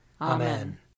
Amen